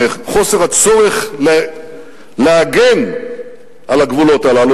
מחוסר הצורך להגן על הגבולות הללו,